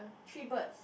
three birds